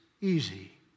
easy